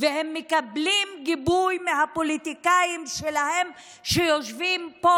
והם מקבלים גיבוי מהפוליטיקאים שלהם שיושבים פה,